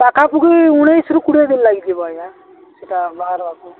ପାଖାପୁଖି ଉଣେଇଶିରୁ କୋଡ଼ିଏ ଦିନ ଲାଗିଯିବ ଆଜ୍ଞା ସେଇଟା ବାହାରବାକୁ